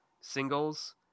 singles